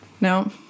No